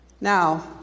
Now